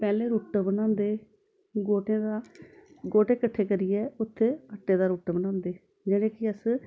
पैह्ले रूट बनांदे गोह्टे दा गोह्टे कट्ठे करियै उत्थै आट्टे दा रूट बनांदे जेह्ड़े कि अस